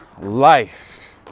life